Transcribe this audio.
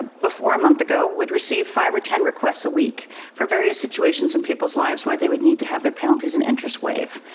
before a month ago would receive five or ten requests a week for various situations in people's lives, why they would need to have their penalties and interest waive.